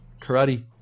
Karate